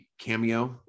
cameo